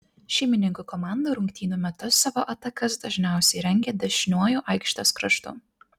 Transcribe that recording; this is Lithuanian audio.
šeimininkų komanda rungtynių metu savo atakas dažniausiai rengė dešiniuoju aikštės kraštu